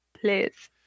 please